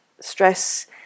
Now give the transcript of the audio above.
stress